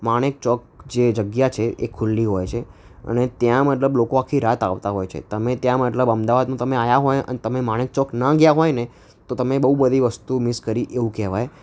માણેક ચોક જે જગ્યા છે એ ખૂલ્લી હોય છે અને ત્યાં મતલબ લોકો આખી રાત આવતા હોય છે તમે ત્યાં મતલબ અમદાવાદમાં આવ્યાં હોય અને તમે માણેક ચોક ન ગયાં હોયને તો તમે બહુ બધી વસ્તુ મિસ કરી એવું કહેવાય